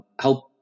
help